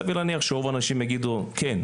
סביר להניח שרוב האנשים יגידו כן,